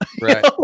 Right